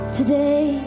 today